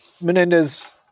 Menendez